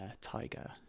Tiger